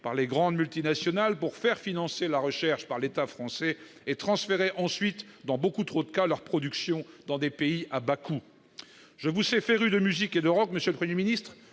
par les grandes multinationales pour faire financer la recherche par l'État français et transféré ensuite dans beaucoup trop de cas leur production dans des pays à bas coût, je vous sais féru de musique et Europe monsieur le 1er ministre,